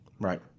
Right